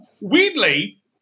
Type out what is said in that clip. Weirdly